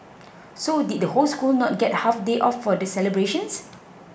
so did the whole school not get half day off for the celebrations